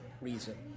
reason